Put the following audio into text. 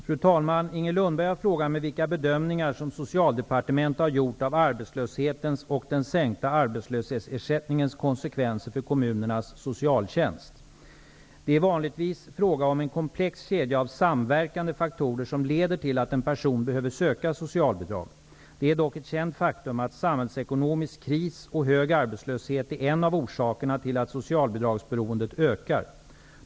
Fru talman! Inger Lundberg har frågat mig vilka bedömningar som Socialdepartementet har gjort av arbetslöshetens och den sänkta arbetslöshetsersättningens konsekvenser för kommunernas socialtjänst. Det är vanligtvis fråga om en komplex kedja av samverkande faktorer som leder till att en person behöver söka socialbidrag. Det är dock ett känt faktum att samhällsekonomisk kris och hög arbetslöshet är en av orsakerna till att socialbidragsberoendet ökar.